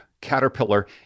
caterpillar